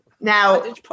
Now